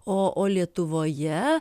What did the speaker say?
o o lietuvoje